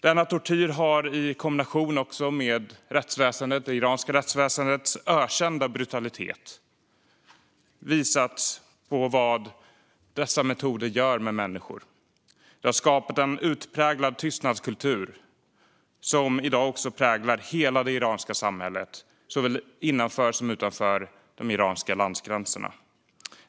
Denna tortyr har i kombination med det iranska rättsväsendets ökända brutalitet visat på vad dessa metoder gör med människor. Det har skapat en utpräglad tystnadskultur som i dag präglar hela det iranska samhället, såväl innanför som utanför de iranska landgränserna.